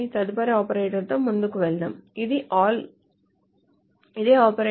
తదుపరి ఆపరేటర్తో ముందుకు వెళ్దాం ఇది ALL ఇదే ఆపరేటర్